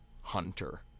Hunter